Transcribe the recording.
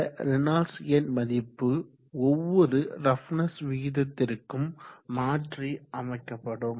இந்த ரேனால்ட்ஸ் எண் மதிப்பு ஒவ்வொரு ரஃப்னஸ் விகிதத்திற்கும் மாற்றி அமைக்கப்படும்